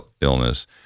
illness